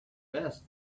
best